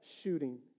shooting